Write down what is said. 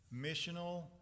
missional